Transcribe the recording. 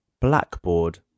BLACKBOARD